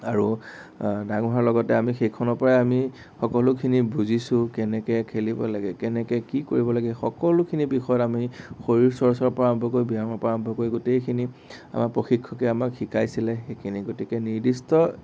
আৰু ডাঙৰ হোৱাৰ লগতে আমি সেইখনৰ পৰাই আমি সকলোখিনি বুজিছোঁ কেনেকে খেলিব লাগে কেনেকে কি কৰিব লাগে সকলোখিনি বিষয়ত আমি শৰীৰ চৰ্চাৰ পৰা আৰম্ভ কৰি ব্যায়ামৰ পৰা আৰম্ভ কৰি গোটেইখিনি আমাৰ প্ৰশিক্ষকে আমাক শিকাইছিলে সেইখিনি গতিকে নিৰ্দিষ্ট